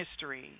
history